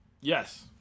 Yes